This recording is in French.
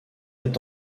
est